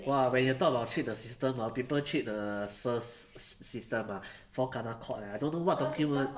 !wah! when you talk about cheat the system hor people cheat the SIRS sys~ system ah all kena caught eh I don't know what document